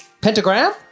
Pentagram